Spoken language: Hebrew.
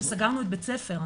שסגרנו את בתי הספר?